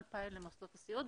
2,000 למוסדות הסיעוד,